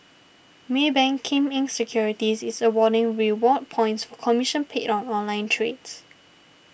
Maybank Kim Eng Securities is awarding reward points commission paid on online trades